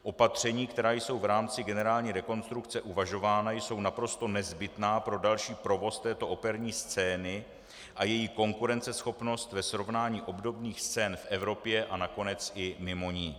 Opatření, která jsou v rámci generální rekonstrukce uvažována, jsou naprosto nezbytná pro další provoz této operní scény a její konkurenceschopnost ve srovnání obdobných scén v Evropě a nakonec i mimo ni.